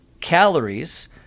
calories